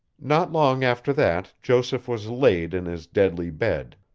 not long after that joseph was laid in his deadly bed.